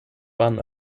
waren